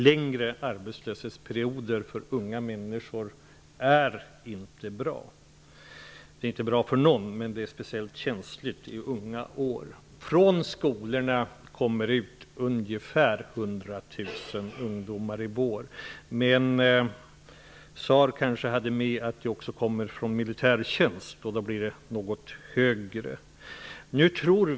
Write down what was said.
Längre arbetslöshetsperioder för unga människor är inte bra. Det är inte bra för någon, men det är speciellt känsligt i unga år. Från skolorna kommer det i vår ut ungefär 100 000 ungdomar. Men Claus Zaar hade kanske med att det kommer ungdomar även från militärtjänsten. Då blir det ett något större antal.